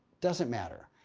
doesn't matter.